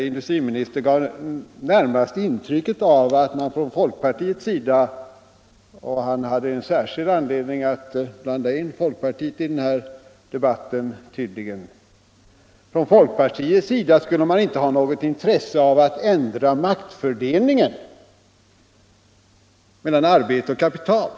Industriministern gav närmast intrycket av att man från folkpartiets sida — och han hade tydligen en särskild anledning att blanda in folkpartiet i denna debatt — inte skulle ha något intresse av att ändra maktfördelningen mellan arbete och kapital.